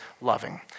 loving